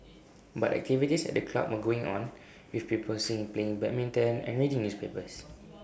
but activities at the club were going on with people seen playing badminton and reading newspapers